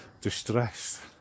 distressed